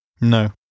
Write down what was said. No